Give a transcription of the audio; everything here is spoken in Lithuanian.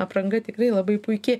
apranga tikrai labai puiki